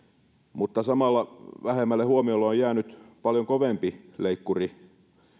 mutta samalla vähemmälle huomiolle on jäänyt paljon kovempi leikkuri